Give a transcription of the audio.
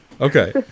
Okay